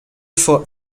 fought